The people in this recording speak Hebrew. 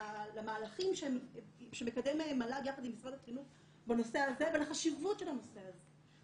למהלכים שמקדם מל"ג יחד עם משרד החינוך בנושא הזה ועל החשיבות של הנושא הזה.